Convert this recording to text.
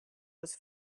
was